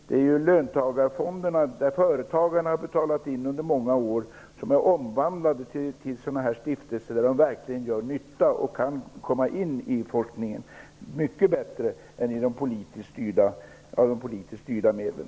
Det är löntagarfondsmedel som företagarna har betalat in under många år och som är omvandlade till stiftelser och verkligen gör mer nytta än de politiskt styrda medlen.